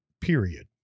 Period